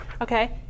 okay